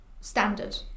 standard